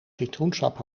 citroensap